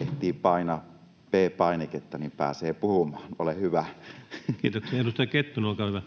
ehtii painaa P-painiketta, niin pääsee puhumaan, ole hyvä. Kiitoksia. — Edustaja Kettunen, olkaa hyvä.